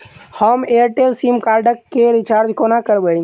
हम Airtel sim card केँ recharge कोना करबै?